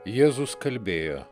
jėzus kalbėjo